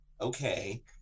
okay